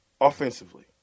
Offensively